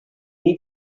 need